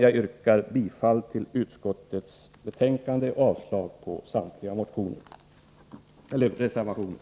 Jag yrkar bifall till utskottets hemställan och avslag på samtliga reservationer.